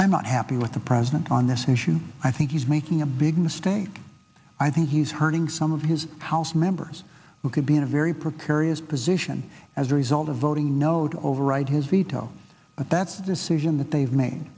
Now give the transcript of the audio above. i'm not happy with the president on this issue i think he's making a big mistake i think he's hurting some of his house members who could be in a very precarious position as a result of voting no to override his veto but that's decision that they've made